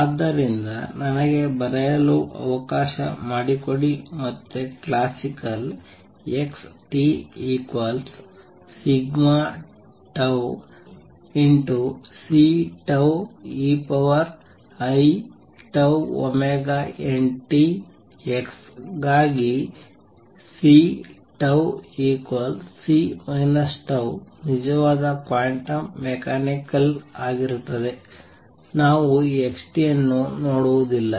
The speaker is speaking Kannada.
ಆದ್ದರಿಂದ ನನಗೆ ಬರೆಯಲು ಅವಕಾಶ ಮಾಡಿಕೊಡಿ ಮತ್ತು ಮತ್ತೆ ಕ್ಲಾಸಿಕಲ್ xtCeiτωt x ಗಾಗಿ C C τ ನಿಜವಾದ ಕ್ವಾಂಟಮ್ ಮೆಕ್ಯಾನಿಕ್ ಆಗಿರುತ್ತದೆ ನಾವು x ಅನ್ನು ನೋಡುವುದಿಲ್ಲ